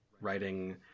writing